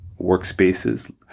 workspaces